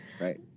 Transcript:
right